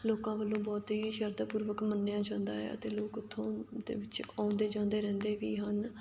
ਲੋਕਾਂ ਵੱਲੋਂ ਬਹੁਤ ਹੀ ਸ਼ਰਧਾ ਪੂਰਵਕ ਮੰਨਿਆਂ ਜਾਂਦਾ ਆ ਅਤੇ ਲੋਕ ਉੱਥੋਂ ਦੇ ਵਿੱਚ ਆਉਂਦੇ ਜਾਂਦੇ ਰਹਿੰਦੇ ਵੀ ਹਨ